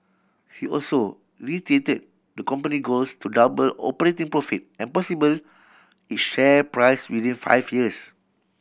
he also reiterated the company goals to double operating profit and possibly its share price within five years